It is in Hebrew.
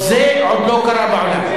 זה עוד לא קרה בעולם.